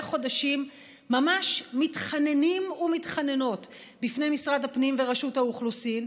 חודשים ממש מתחננים ומתחננות בפני משרד הפנים ורשות האוכלוסין,